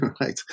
Right